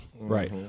Right